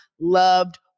loved